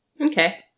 Okay